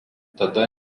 tada